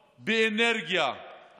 באנרגיה,